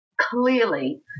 clearly